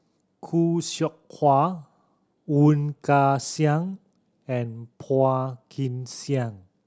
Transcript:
Khoo Seow Hwa Woon Wah Siang and Phua Kin Siang